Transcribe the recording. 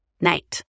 night